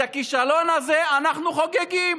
את הכישלון הזה אנחנו חוגגים.